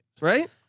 Right